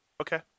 Okay